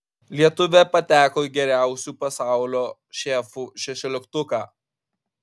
lietuvė pateko į geriausių pasaulio šefų šešioliktuką